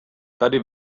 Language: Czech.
tady